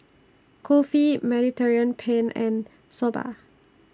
Kulfi Mediterranean Penne and Soba